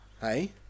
Hey